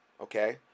okay